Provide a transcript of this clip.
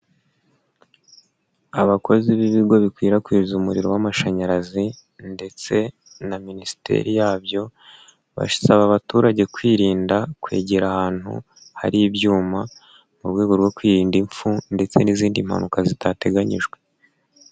Abakozi b'ibigo bikwirakwiza umuriro w'amashanyarazi ndetse na minisiteri yabyo, basaba abaturage kwirinda kwegera ahantu hari ibyuma mu rwego rwo kwirinda ipfu ndetse n'izindi mpanuka zitateganyijwe.